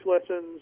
lessons